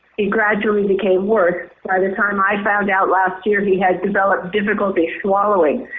he gradually became worse. by the time i found out last year he had developed difficulty swallowing,